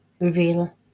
real